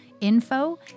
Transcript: info